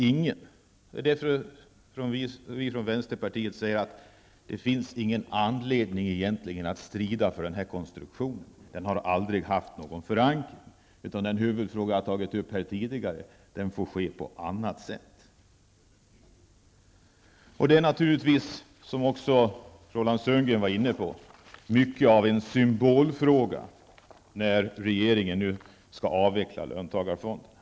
Det är därför som vi från vänsterpartiet säger att det egentligen inte finns någon anledning att strida för den här konstruktionen. Den har aldrig haft någon förankring. Det inflytande jag tagit upp här tidigare får ske på annat sätt. Det är naturligtvis, som också Roland Sundgren var inne på, mycket av en symbolfråga när regeringen nu skall avveckla löntagarfonderna.